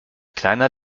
kleiner